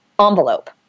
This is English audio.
envelope